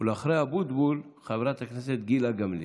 אחרי אבוטבול חברת הכנסת גילה גמליאל.